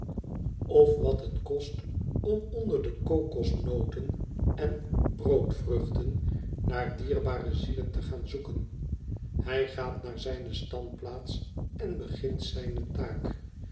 of wat het kost om onder de kokosnoten en broodvruchten naar dierbare zielen te gaan zoeken hij gaat naar zijne standplaats en begint zijne taak